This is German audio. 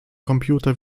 computer